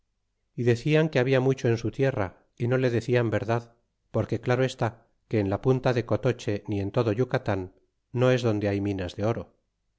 y declan que habla mucho en su tierra y no le dedal verdad porque claro está que en la punta de cotoche ni en todo yucatan no es donde hay minas de oro